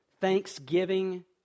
thanksgiving